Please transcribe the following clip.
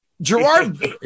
Gerard